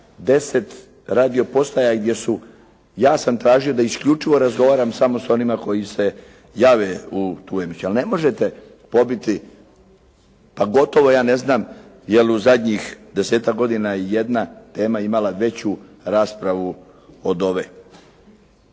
na 10 radio postaja gdje su, ja sam tražio da isključivo razgovaram samo sa onima koji se jave u tu emisiju. Ali ne možete pobiti pa gotovo ja ne znam je li u zadnjih 10-ak godina jedna tema imala veću raspravu od ove.